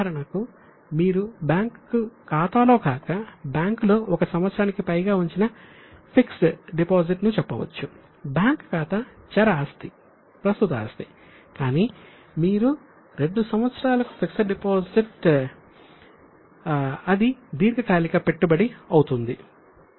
ఉదాహరణ మీరు బ్యాంకు ఖాతాలో కాక బ్యాంకులో 1 సంవత్సరానికి పైగా ఉంచిన ఫిక్స్డ్ డిపాజిట్ కానీ మీ 2 సంవత్సరాల ఫిక్స్డ్ డిపాజిట్ దీర్ఘకాలిక పెట్టుబడి అవుతుంది